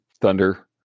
thunder